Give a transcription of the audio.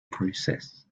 process